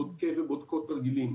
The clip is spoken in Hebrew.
בודקי ובודקות תרגילים.